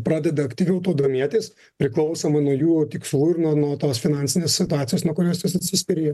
pradeda aktyviau domėtis priklausomai nuo jų tikslų ir nuo nuo tos finansinės situacijos nuo kurios jos atsispiria jie